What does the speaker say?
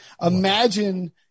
Imagine